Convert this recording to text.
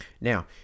Now